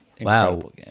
wow